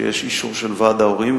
שיש אישור של ועד ההורים,